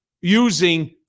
using